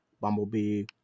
Bumblebee